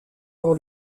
pour